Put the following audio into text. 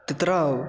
तत्र